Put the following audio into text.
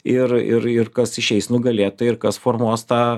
ir ir ir kas išeis nugalėtojai ir kas formuos tą